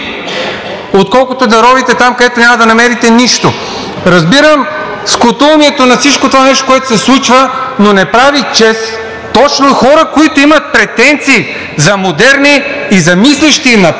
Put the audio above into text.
отколкото да ровите там, където няма да намерите нищо. Разбирам скудоумието на всичкото това нещо, което се случва, но не прави чест точно на хора, които имат претенции за модерни и за мислещи напред,